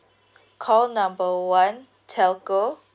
call number one telco